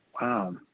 wow